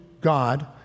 God